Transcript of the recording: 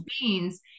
beings